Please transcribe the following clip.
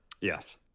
Yes